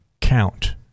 count